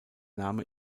name